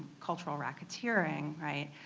cultural racketeering, right?